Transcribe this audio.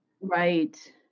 Right